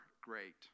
great